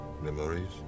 Memories